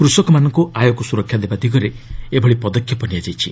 କୃଷକମାନଙ୍କୁ ଆୟକୁ ସୁରକ୍ଷା ଦେବା ଦିଗରେ ଏଭଳି ପଦକ୍ଷେପ ନିଆଯାଇଛି